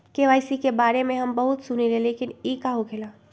KYC के बारे में हम बहुत सुनीले लेकिन इ का होखेला?